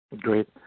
Great